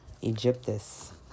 Egyptus